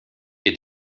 est